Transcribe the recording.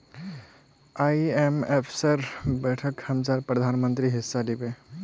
आईएमएफेर बैठकत हमसार प्रधानमंत्री हिस्सा लिबे